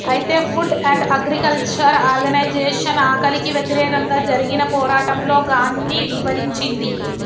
అయితే food and agriculture organisation ఆకలికి వ్యతిరేకంగా జరిగిన పోరాటంలో గాన్ని ఇవరించింది